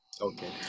Okay